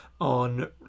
on